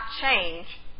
change